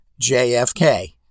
JFK